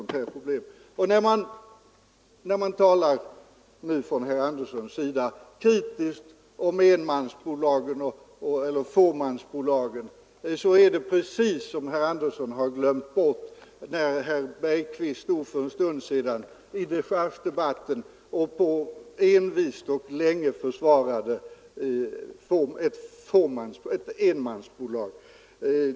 När herr Andersson i Södertälje är kritisk mot enmansbolagen och fåmansbolagen verkar det som om han alldeles har glömt bort att herr Bergqvist för en stund sedan i dechargedebatten envist och länge försvarade ett enmansbolag.